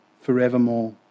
forevermore